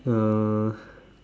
uh